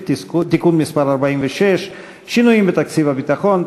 (תיקון מס' 46) (שינויים בתקציב הביטחון),